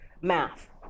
math